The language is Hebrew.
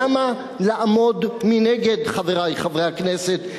למה לעמוד מנגד, חברי חברי הכנסת?